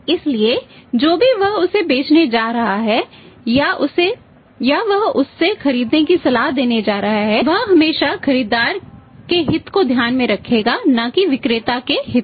इसलिए जो भी वह उसे बेचने जा रहा है या वह उसे उससे खरीदने की सलाह देने जा रहा है वह हमेशा खरीदार के हित को ध्यान में रखेगा न कि विक्रेता के हित में